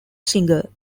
singer